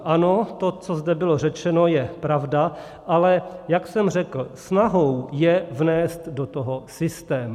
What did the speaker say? Ano, to, co zde bylo řečeno, je pravda, ale jak jsem řekl, snahou je vnést do toho systém.